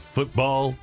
Football